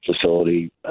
facility